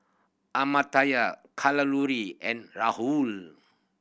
Amartya Kalluri and Rahul